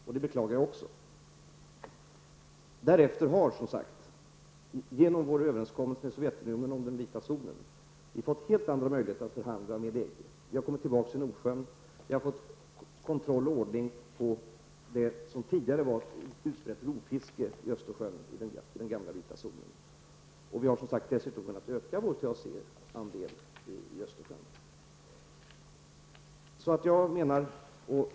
Också detta är någonting som jag beklagar. Efter överenskommelsen med Sovjetunionen om den vita zonen har Sverige fått helt andra möjligheter att förhandla med EG. Vi har kommit tillbaka i Nordsjön och fått kontroll och ordning på det som tidigare var ett utbrett rovfiske i den f.d. vita zonen i Östersjön, och vi har dessutom kunnat öka vår andel i Östersjön.